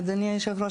אדוני היושב-ראש,